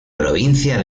provincia